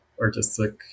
artistic